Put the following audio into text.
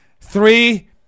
three